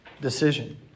decision